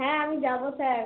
হ্যাঁ আমি যাবো স্যার